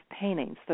paintings